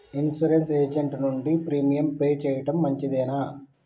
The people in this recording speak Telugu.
ఇన్సూరెన్స్ ఏజెంట్ నుండి ప్రీమియం పే చేయడం మంచిదేనా?